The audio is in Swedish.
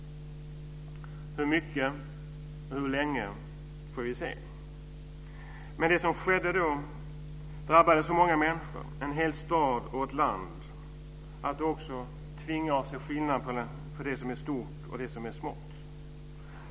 Hur mycket och hur länge får vi se. Det som skedde då drabbade så många människor - en hel stad och ett land - att det också tvingar oss att se skillnad på det som är stort och det som är smått.